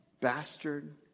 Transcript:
Bastard